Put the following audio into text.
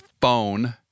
phone